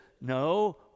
no